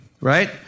right